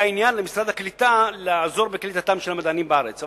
עניין למשרד הקליטה לעזור בקליטתם של המדענים בארץ.